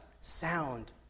sound